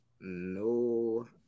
no